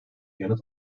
yanıt